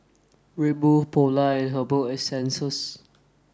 Red Bull Polar and Herbal Essences